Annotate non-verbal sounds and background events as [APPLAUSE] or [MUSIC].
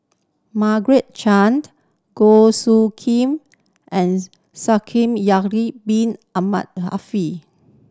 Margaret Chan Goh Soo Khim and [UNINTELLIGIBLE] Bin Ahmed [UNINTELLIGIBLE]